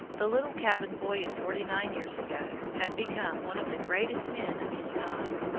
the little cabin-boy of forty-nine years ago had become one of the greatest men of his time.